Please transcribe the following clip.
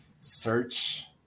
search